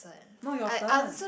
no your turn